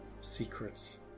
secrets